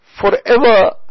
forever